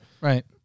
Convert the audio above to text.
Right